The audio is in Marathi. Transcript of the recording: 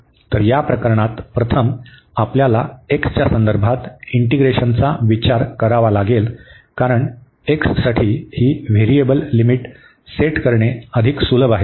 तर या प्रकरणात प्रथम आपल्याला एक्सच्या संदर्भात इंटीग्रेशनचा विचार करावा लागेल कारण x साठी ही व्हेरिएबल लिमिट सेट करणे अधिक सुलभ आहे